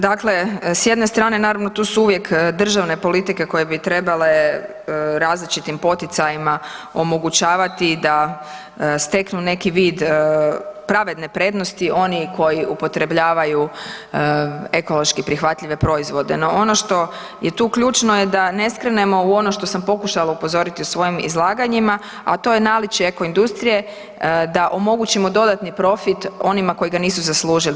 Dakle, s jedne strane, tu su uvijek državne politike koje bi trebale različitim poticajima omogućavati da steknu neki vid pravedne prednosti oni koji upotrebljavaju ekološki prihvatljive proizvode, no ono što je tu ključno je da ne skrenemo u ono što sam pokušala upozoriti u svojim izlaganjima, a to je naličje eko industrije, da omogućimo dodatni profit onima koji ga nisu zaslužili.